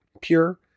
pure